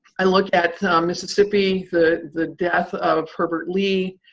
i look at mississippi, the the death of herbert lee,